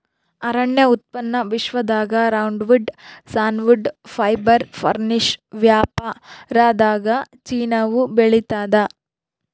ಅರಣ್ಯ ಉತ್ಪನ್ನ ವಿಶ್ವದಾಗ ರೌಂಡ್ವುಡ್ ಸಾನ್ವುಡ್ ಫೈಬರ್ ಫರ್ನಿಶ್ ವ್ಯಾಪಾರದಾಗಚೀನಾವು ಬೆಳಿತಾದ